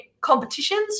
competitions